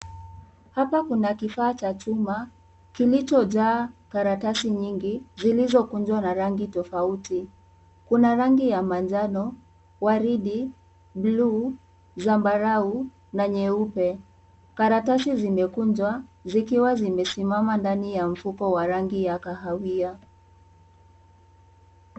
Hapa kuna kifaa cha chuma kilichojaa karatasi nyingi, zilizokujwa na rangi tofauti. Kuna rangi wa manjano, waridi, bluu, zambarau na nyeupe. Karatasi zimekujwa, zikiwa zimesimama ndani ya mfuko wenye rangi ya kahawia.